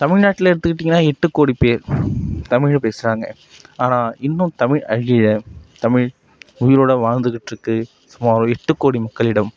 தமிழ்நாட்டில் எடுத்துக்கிட்டீங்கனால் எட்டு கோடி பேர் தமிழில் பேசுறாங்க ஆனால் இன்னும் தமிழ் அழியிலை தமிழ் உயிரோடு வாழ்ந்துகிட்டிருக்கு சுமார் எட்டு கோடி மக்களிடம்